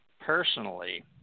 personally